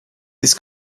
this